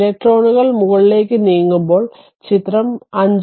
ഇലക്ട്രോണുകൾ മുകളിലേക്ക് നീങ്ങുമ്പോൾ ചിത്രം 5